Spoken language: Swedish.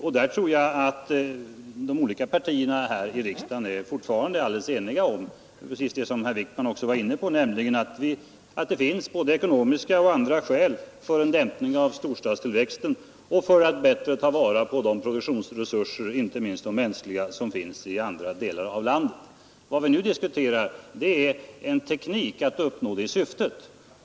Jag tror att de olika partierna här i riksdagen fortfarande är ganska eniga om att det finns både ekonomiska och andra skäl för en dämpning av storstadstillväxten och för att bättre ta vara på de produktionsresurser inte minst de mänskliga som finns i andra delar av landet. Vad vi nu diskuterar är en teknik att uppnå det syftet.